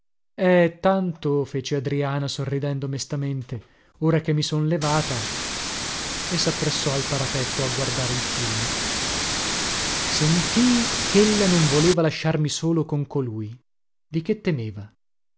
eh tanto fece adriana sorridendo mestamente ora che mi son levata e sappressò al parapetto a guardare il fiume sentii chella non voleva lasciarmi solo con colui di che temeva